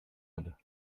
hatte